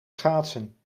schaatsen